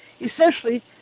essentially